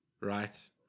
right